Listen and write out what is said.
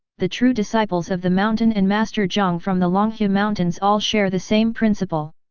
the true disciples of the mountain and master zhang from the longhu mountains all share the same principle!